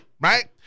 right